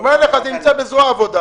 הוא הוא אומר שזה נמצא בזרוע עבודה.